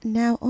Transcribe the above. now